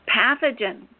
Pathogen